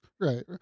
Right